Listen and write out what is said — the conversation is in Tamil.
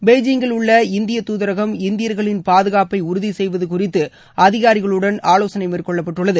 பீஜிங்கில் உள்ள இந்திய துதரகம் இந்தியர்களின் பாதுகாப்பை உறுதி செய்வது குறித்து அதிகாரிகளுடன் ஆலோசனை மேற்கொள்ளப்பட்டுள்ளது